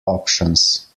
options